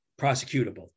prosecutable